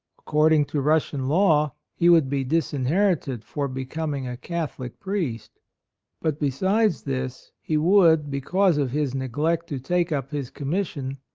accord ing to russian law, he would be disinherited for becoming a catholic priest but besides this he would, because of his neglect to take up his commission,